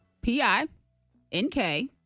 P-I-N-K